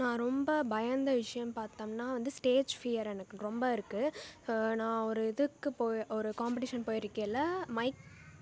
நான் ரொம்ப பயந்த விஷயம் பார்த்தோம்ன்னா வந்து ஸ்டேஜ் ஃபியர் எனக்கு ரொம்பயிருக்கு நான் ஒரு இதுக்கு போய் ஒரு காம்பிடிஷன் போயிருக்கையில் மைக்கில்